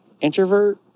introvert